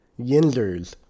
Yinzers